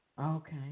Okay